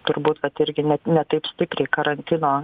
turbūt kad irgi ne ne taip stipriai karantino